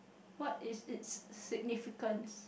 what is its significance